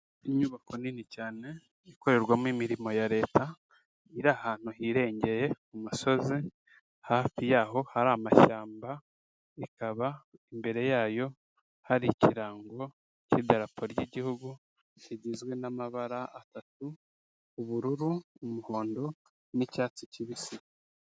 Inyubako nini cyane ikorerwamo imirimo ya leta, iri ahantu hirengeye ku musozi, hafi yaho hari amashyamba, ikaba imbere yayo hari ikirango cy'idarapo ry'igihugu kigizwe n'amabara atatu: ubururu, umuhondo n'icyatsi kibisi.